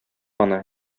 аны